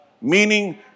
Meaning